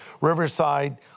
Riverside